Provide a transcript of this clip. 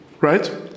right